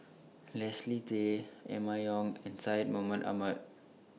Leslie Tay Emma Yong and Syed Mohamed Ahmed